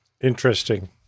interesting